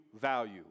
value